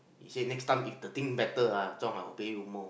he say next time if the thing better ah Zhong I will pay you more